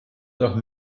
nach